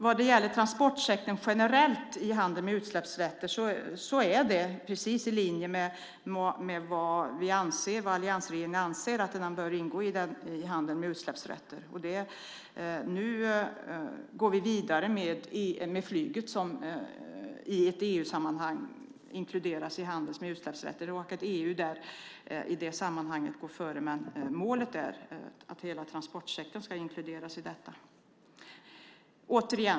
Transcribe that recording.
Vad gäller transportsektorn generellt i handeln med utsläppsrätter är det precis i linje med vad alliansregeringen anser bör ingå i handeln med utsläppsrätter. Nu går vi vidare med flyget som i ett EU-sammanhang inkluderas i handeln med utsläppsrätter. EU går i det sammanhanget före. Målet är att hela transportsektorn ska inkluderas i detta.